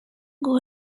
goal